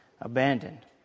abandoned